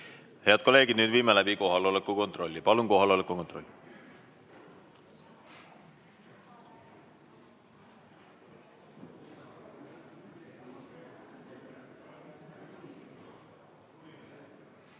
Head kolleegid, nüüd viime läbi kohaloleku kontrolli. Palun kohaloleku kontroll!